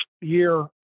year